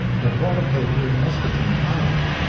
had bought a paper in muscatine, iowa,